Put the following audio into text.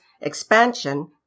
expansion